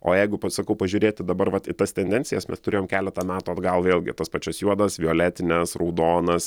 o jeigu pa sakau pažiūrėti dabar vat į tas tendencijas mes turėjom keletą metų atgal vėlgi tas pačias juodas violetines raudonas